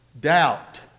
doubt